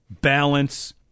balance